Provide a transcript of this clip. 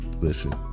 listen